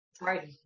Right